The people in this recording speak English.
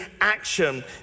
action